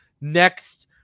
next –